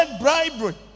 bribery